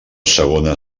segona